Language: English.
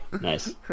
Nice